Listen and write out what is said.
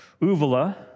uvula